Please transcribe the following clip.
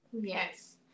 Yes